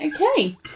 Okay